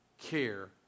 care